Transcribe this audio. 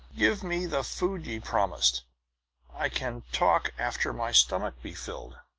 give me the food ye promised i can talk after my stomach be filled.